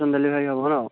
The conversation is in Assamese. অন ডেলিভাৰী হ'ব ন